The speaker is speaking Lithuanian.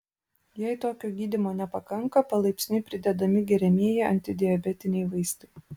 jei tokio gydymo nepakanka palaipsniui pridedami geriamieji antidiabetiniai vaistai